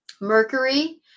Mercury